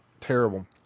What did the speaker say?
terrible